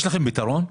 יש לכם פתרון?